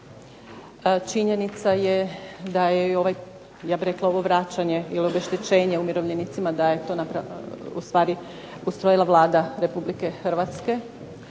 Činjenica je da je i ovaj, ja bih rekla ovo vraćanje ili obeštećenje umirovljenicima da je to u stvari ustrojila Vlada Republike Hrvatske,